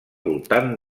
voltant